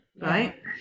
right